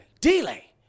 delay